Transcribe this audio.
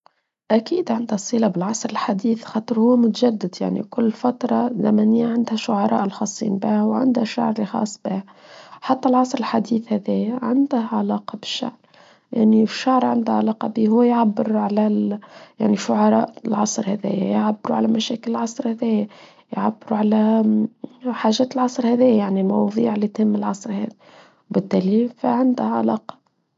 أكيد عندها صيلة بالعصر الحديث خطر هو متجدد يعني كل فترة زمني عندها شعراء خاصين بها وعندها شعر خاص بها حتى العصر الحديث هذايا عندها علاقة بالشعر يعني الشعر عندها علاقة به هو يعبرو على يعني شعراء العصر هذا يعبرو على مشاكل العصر هذايا يعبر على حاجات العصر هذايا يعني موضوع لتم العصر و بالدليل فعندها علاقة.